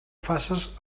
faces